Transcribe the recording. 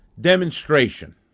demonstration